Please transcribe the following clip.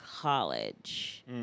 college